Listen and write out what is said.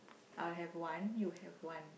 I'll have one you'll have one